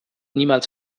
niemals